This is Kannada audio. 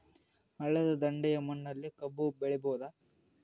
ಹಳ್ಳದ ದಂಡೆಯ ಮಣ್ಣಲ್ಲಿ ಕಬ್ಬು ಬೆಳಿಬೋದ?